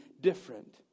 different